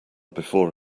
before